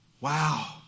Wow